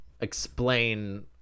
explain